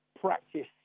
practice